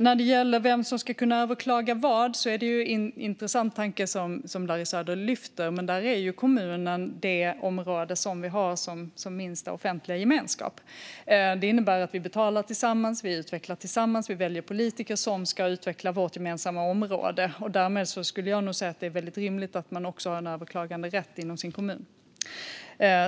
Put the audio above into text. När det gäller vem som ska kunna överklaga är det en intressant tanke som Larry Söder för fram. Kommunen är ju det område vi har som minsta offentliga gemenskap. Det innebär att vi betalar tillsammans, utvecklar tillsammans och tillsammans väljer politiker som ska utveckla vårt gemensamma område. Därmed skulle jag nog säga att det är rimligt att man också har en överklaganderätt inom sin kommun.